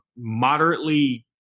moderately